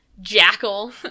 jackal